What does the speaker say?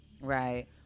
Right